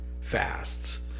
fasts